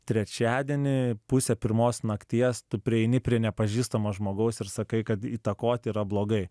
trečiadienį pusę pirmos nakties tu prieini prie nepažįstamo žmogaus ir sakai kad įtakoti yra blogai